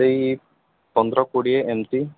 ସେଇ ପନ୍ଦର କୋଡ଼ିଏ ଏମିତି